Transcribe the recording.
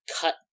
cut